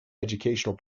educational